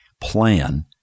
plan